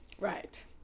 Right